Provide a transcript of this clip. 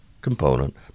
component